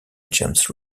james